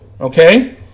Okay